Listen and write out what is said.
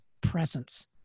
presence